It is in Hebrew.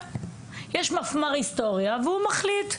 יש מפמ"ר היסטוריה והוא מחליט.